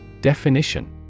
Definition